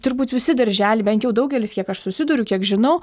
turbūt visi daržely bent jau daugelis kiek aš susiduriu kiek žinau